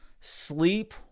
sleep